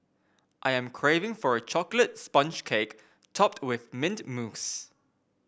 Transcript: I am craving for a chocolate sponge cake topped with mint mousse